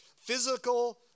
physical